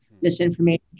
misinformation